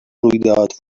رویداد